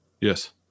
Yes